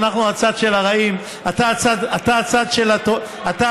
אנחנו הצד של הרעים, ואתה הצד של הטובים,